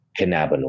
cannabinoid